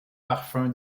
parfum